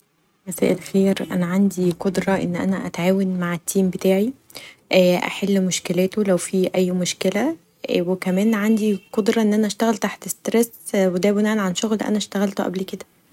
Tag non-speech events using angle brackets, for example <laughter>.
مساء الخير أنا عندي القدره أن أنا اتعاون مع التيم بتاعي <hesitation> احل مشكلاته لو فيه مشكله وكمان عندي القدره ان اشتغل تحت استرس و دا بناءآ عن شغل اشتغلته قبل كدا.